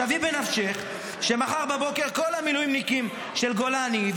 שווי בנפשך שמחר בבוקר כל המילואימניקים של גולני,